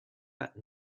that